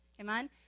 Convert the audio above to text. Amen